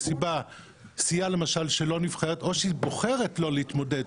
למשל סיעה שלא נבחרת או שהיא בוחרת לא להתמודד,